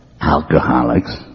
alcoholics